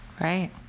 Right